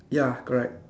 ya correct